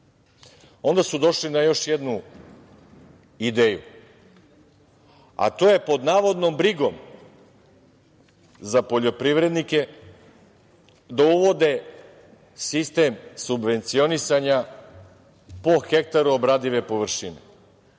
su došli na još jednu ideju, a to je pod navodnom brigom za poljoprivrednike da uvode sistem subvencionisanja po hektaru obradive površine,